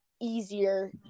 easier